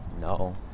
No